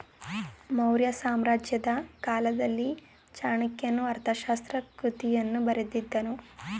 ಮೌರ್ಯ ಸಾಮ್ರಾಜ್ಯದ ಕಾಲದಲ್ಲಿ ಚಾಣಕ್ಯನು ಅರ್ಥಶಾಸ್ತ್ರ ಕೃತಿಯನ್ನು ಬರೆದಿದ್ದನು